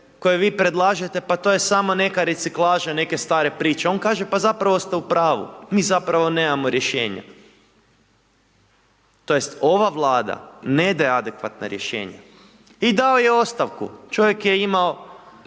koje vi predlažete, pa to je samo neka reciklaža, neke stare priče, on kaže, pa zapravo ste u pravu, mi zapravo nemamo rješenje tj. ova Vlada ne daje adekvatna rješenja i dao je ostavku. Čovjek je imao